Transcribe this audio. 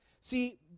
See